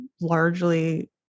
largely